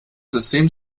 system